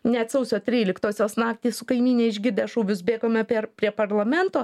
net sausio tryliktosios naktį su kaimyne išgirdę šūvius bėgome per prie parlamento